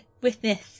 Witness